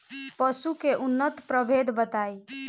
पशु के उन्नत प्रभेद बताई?